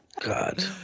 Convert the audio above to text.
God